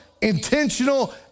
intentional